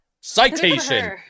citation